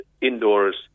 indoors